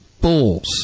bulls